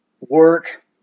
Work